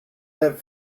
that